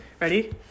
Ready